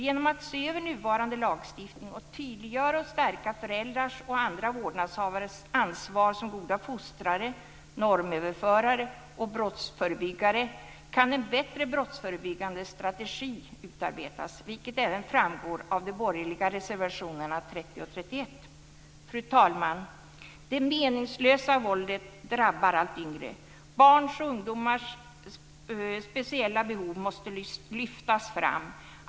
Genom att se över nuvarande lagstiftning och tydliggöra och stärka föräldrars och andra vårdnadshavares ansvar som goda fostrare, normöverförare och brottsförebyggare kan en bättre brottsförebyggande strategi utarbetas, vilket även framgår av de borgerliga reservationerna Fru talman! Det meningslösa våldet drabbar allt yngre. Barns och ungdomars speciella behov måste lyftas fram.